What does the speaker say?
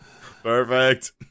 Perfect